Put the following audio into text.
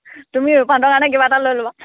তুমি ৰূপান্তৰৰ কাৰণে কিবা এটা লৈ ল'বা